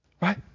Right